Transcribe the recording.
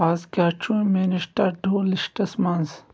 از کیاہ چھُ میٲنِس ٹہ ڈو لِسٹس منٛز